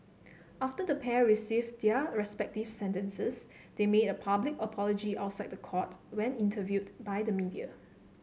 after the pair received their respective sentences they made a public apology outside the court when interviewed by the media